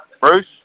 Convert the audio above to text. Bruce